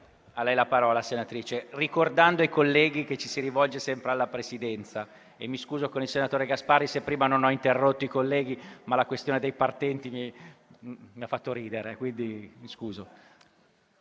Ne ha facoltà, ricordando ai colleghi che ci si rivolge sempre alla Presidenza. Mi scuso con il senatore Gasparri se prima non ho interrotto i colleghi, ma la questione dei partenti mi ha fatto ridere e me ne scuso.